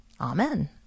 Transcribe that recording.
Amen